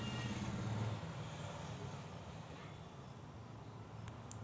मी माया आत्याले दुसऱ्या गावातून पैसे पाठू शकतो का?